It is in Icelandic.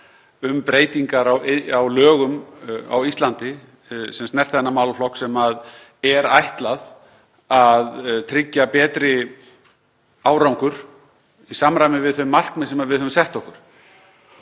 um breytingar á lögum á Íslandi sem snerta þennan málaflokk. Því er ætlað að tryggja betri árangur í samræmi við þau markmið sem við höfum sett okkur.